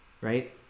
Right